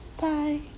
Bye